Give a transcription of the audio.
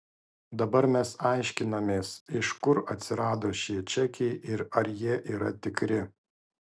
dabar mes aiškinamės iš kur atsirado šie čekiai ir ar jie yra tikri